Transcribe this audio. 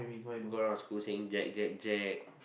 go around the school saying Jack Jack Jack